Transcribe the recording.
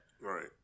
right